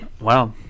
Wow